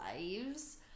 lives